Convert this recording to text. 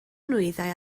nwyddau